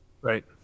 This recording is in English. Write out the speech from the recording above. Right